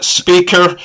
speaker